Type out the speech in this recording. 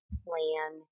plan